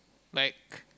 like